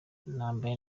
nambaye